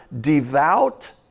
devout